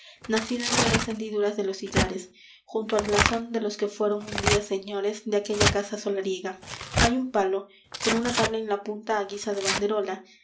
nacida entre las hendiduras de los sillares junto al blasón de los que fueron un día señores de aquella casa solariega hay un palo con una tabla en la punta á guisa de banderola